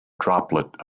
droplet